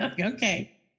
Okay